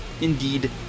indeed